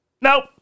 Nope